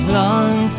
long